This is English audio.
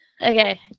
Okay